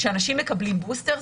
כשאנשים מקבלים בוסטר,